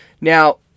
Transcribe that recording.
Now